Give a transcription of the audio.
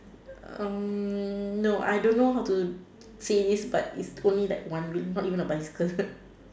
no I don't know how to say this but it's only that one wheel not even a bicycle